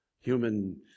human